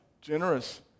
Generous